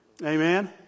Amen